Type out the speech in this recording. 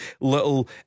little